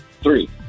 three